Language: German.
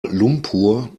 lumpur